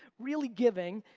really giving,